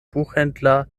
buchhändler